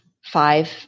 five